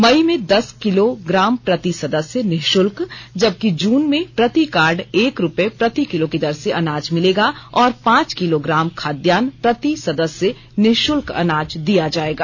मई में दस kilogram प्रति सदस्य निषुल्क जबकि जून में प्रति कार्ड एक रूपये प्रति किलो की दर से अनाज मिलेगा और पांच किलो ग्राम खाद्यान प्रति सदस्य निःषुल्क अनाज दिया जायेगा